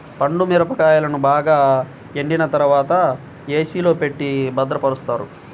పండు మిరపకాయలను బాగా ఎండిన తర్వాత ఏ.సీ లో పెట్టి భద్రపరుస్తారు